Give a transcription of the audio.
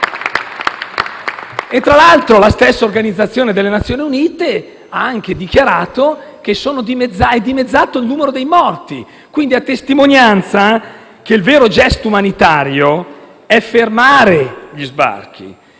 Tra l'altro, la stessa Organizzazione delle Nazioni Unite ha dichiarato che è dimezzato il numero dei morti, a testimonianza del fatto che il vero gesto umanitario è fermare gli sbarchi: